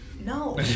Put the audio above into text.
No